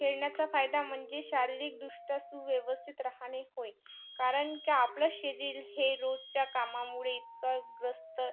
खेळण्याचा फायदा म्हणजे शारीरिक दृष्ट्या सुव्यवस्थित रहाणे होय कारण की आपलं शरीर हे रोजच्या कामामुळे इतकं ग्रस्त